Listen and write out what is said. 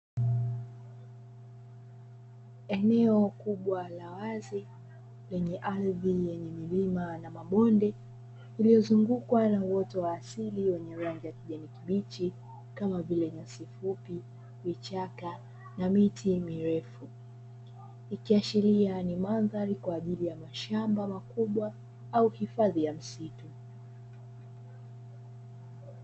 Eneo kubwa la wazi lenye ardhi yenye milima na mabonde iliyozungukwa na uoto wa asili wenye rangi ya kijani kibichi kama vile nyasi fupi, vichaka na miti mirefu, ikiashiria ni mandhari kwa ajili ya mashamba makubwa au hifadhi ya msitu.